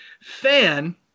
fan